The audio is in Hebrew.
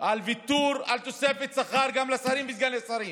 על ויתור על תוספת שכר גם לשרים ולסגני השרים.